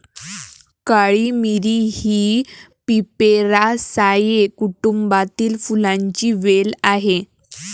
काळी मिरी ही पिपेरासाए कुटुंबातील फुलांची वेल आहे